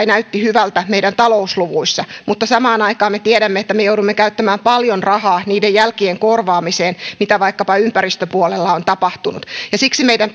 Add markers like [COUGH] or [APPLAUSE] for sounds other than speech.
[UNINTELLIGIBLE] näytti hyvältä meidän talousluvuissamme mutta samaan aikaan me tiedämme että me joudumme käyttämään paljon rahaa niiden jälkien korvaamiseen mitä vaikkapa ympäristöpuolella on tapahtunut siksi meidän [UNINTELLIGIBLE]